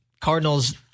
Cardinals